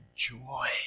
joy